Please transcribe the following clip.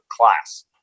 class